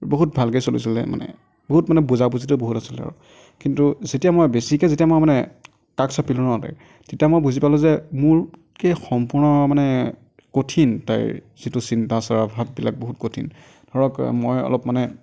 বহুত ভালকৈ চলিছিলে মানে বহুত মানে বুজা বুজিটো বহুত আছিলে আৰু কিন্তু যেতিয়া মই বেছিকৈ যেতিয়া মই মানে কাষ চাপিলোঁ ন তাইৰ তেতিয়া মই বুজি পালোঁ যে মোতকৈ সম্পুৰ্ণ মানে কঠিন তাইৰ যিটো চিন্তাধাৰা ভাৱবিলাক বহুত কঠিন ধৰক মই অলপ মানে